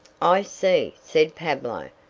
i see, said pablo,